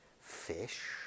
fish